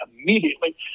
immediately